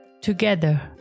Together